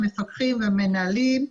המפקחים והמנהלים.